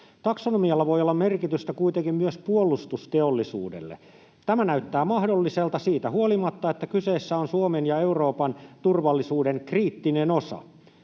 Taksonomialla voi olla merkitystä kuitenkin myös puolustusteollisuudelle. Tämä näyttää mahdolliselta siitä huolimatta, että kyseessä on Suomen ja Euroopan turvallisuuden kriittinen osa.